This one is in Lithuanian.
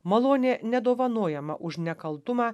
malonė nedovanojama už nekaltumą